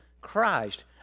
Christ